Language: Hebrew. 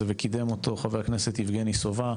וקידם אותו הוא חבר הכנסת יבגני סובה,